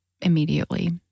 immediately